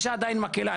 הענישה עדיין מקלה.